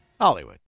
Hollywood